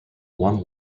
one